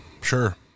Sure